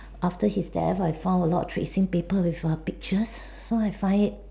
after his death I found a lot of tracing paper with err pictures so I find it